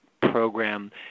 program